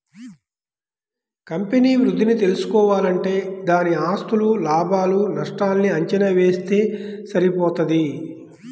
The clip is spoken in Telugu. కంపెనీ వృద్ధిని తెల్సుకోవాలంటే దాని ఆస్తులు, లాభాలు నష్టాల్ని అంచనా వేస్తె సరిపోతది